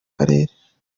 karere